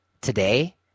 today